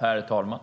Herr talman!